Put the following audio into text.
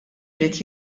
irid